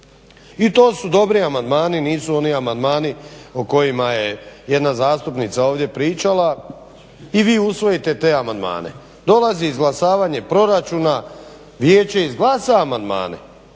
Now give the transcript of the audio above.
i to su dobri amandmani nisu oni amandmani o kojima je jedna zastupnica ovdje pričala i vi usvojite te amandmane. Dolazi izglasavanje proračuna, vijeće izglasa amandmane,